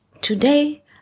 Today